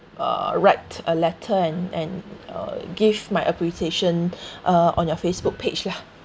uh write a letter and and uh gift my appreciation uh on your Facebook page lah